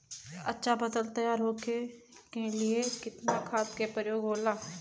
अच्छा फसल तैयार होके के लिए कितना खाद के प्रयोग होला?